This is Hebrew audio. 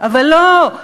אבל לא.